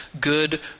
good